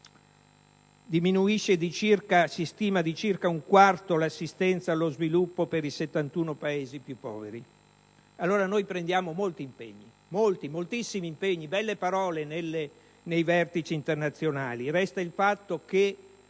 Diminuisce - si stima - di circa un quarto l'assistenza allo sviluppo per i 71 Paesi più poveri. Allora, noi prendiamo molti, moltissimi impegni diciamo, belle parole nei Vertici internazionali: resta il fatto che,